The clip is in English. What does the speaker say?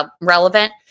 relevant